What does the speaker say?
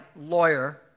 lawyer